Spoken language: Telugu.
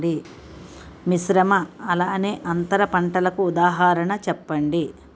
మిశ్రమ అలానే అంతర పంటలకు ఉదాహరణ చెప్పండి?